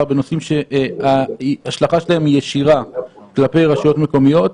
בנושאים שההשלכה שלהם היא ישירה כלפי רשויות מקומיות,